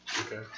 Okay